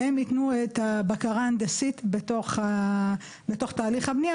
שהם ייתנו את הבקרה ההנדסית בתוך תהליך הבנייה,